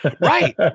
Right